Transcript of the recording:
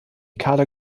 kader